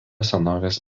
senovės